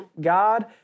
God